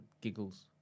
giggles